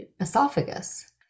esophagus